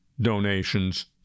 donations